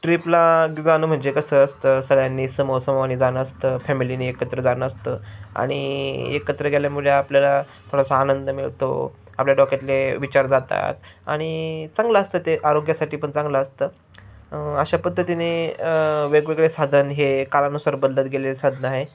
ट्र्रीपला जाणं म्हणजे कसं असतं सगळ्यांनी समुहा समूहांनी जाणं असतं फॅमिलीनी एकत्र जाणं असतं आणि एकत्र गेल्यामुळे आपल्याला थोडासा आनंद मिळतो आपल्या डोक्यातले विचार जातात आणि चांगलं असतं ते आरोग्यासाठी पण चांगलं असतं अशा पद्धतीने वेगवेगळे साधन हे काळानुसार बदलत गेले साधनं आहे